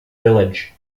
village